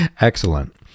Excellent